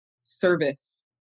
service